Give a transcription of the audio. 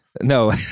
No